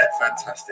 fantastic